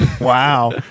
Wow